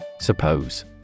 Suppose